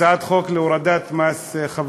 הצעת חוק להורדת מס חברות,